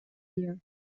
you